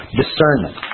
discernment